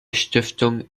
stiftung